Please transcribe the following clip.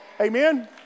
Amen